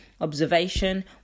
observation